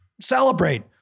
celebrate